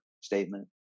statement